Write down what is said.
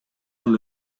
эле